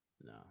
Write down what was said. no